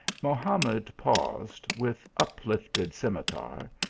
mohamed paused, with uplifted scimitar,